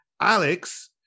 Alex